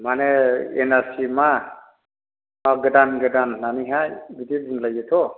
मानि N R C मा मा गोदान गोदान होननानैहाय बिदि बुंलायोथ'